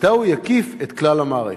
מתי הוא יקיף את כלל המערכת?